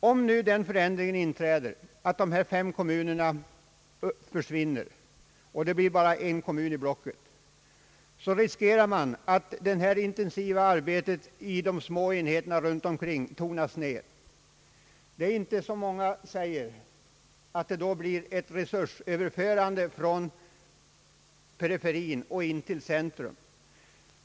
Om nu den förändringen inträder, att dessa fem kommuner försvinner och att det bara blir en kommun i blocket, riskerar man att det intensiva arbetet i dessa små enheter runt omkring tonas ned. Det är inte så, som många säger, att det då uppstår ett resursöverförande från periferin och in till centrum.